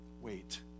wait